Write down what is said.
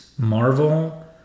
Marvel